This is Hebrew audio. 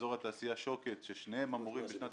ואזור התעשייה שוקת ששניהם אמורים בשנת